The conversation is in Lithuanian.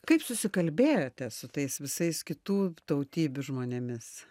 kaip susikalbėjote su tais visais kitų tautybių žmonėmis